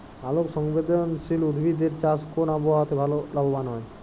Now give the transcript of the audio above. আলোক সংবেদশীল উদ্ভিদ এর চাষ কোন আবহাওয়াতে ভাল লাভবান হয়?